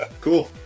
Cool